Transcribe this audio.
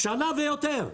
שנה ויותר.